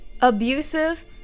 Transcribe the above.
Abusive